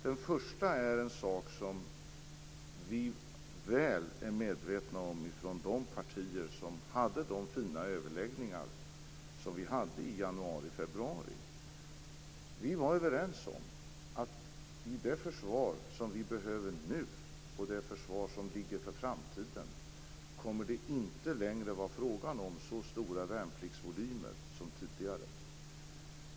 Den första är en sak som de partier som hade de fina överläggningarna i januari och februari är väl medvetna om, nämligen att vi var överens om att i det försvar vi behöver nu och i framtiden kommer det inte längre att vara fråga om så stora värnpliktsvolymer som tidigare.